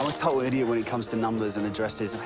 ah total idiot when it comes to numbers and addresses.